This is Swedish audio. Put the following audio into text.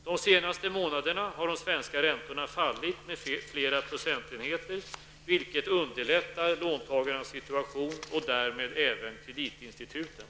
De senaste månaderna har de svenska räntorna fallit med flera procentenheter, vilket underlättar låntagarnas situation och därmed även kreditinstitutens.